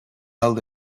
held